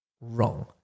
wrong